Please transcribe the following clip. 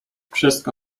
wszystko